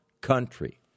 country